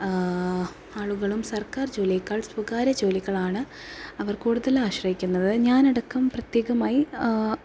ആളുകളും സർക്കാർ ജോലിയെക്കാൾ സ്വകാര്യ ജോലികളാണ് അവർ കൂടുതൽ ആശ്രയിക്കുന്നത് ഞാനടക്കം പ്രത്യേകമായി